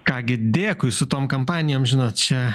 ką gi dėkui su tom kampanijom žinot čia